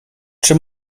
czy